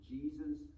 Jesus